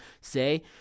say